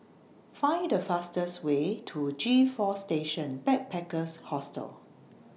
Find The fastest Way to G four Station Backpackers Hostel